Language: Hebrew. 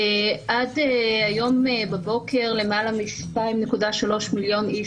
עד היום בבוקר למעלה מ-2.3 מיליון איש